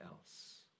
else